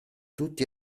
tutti